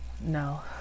No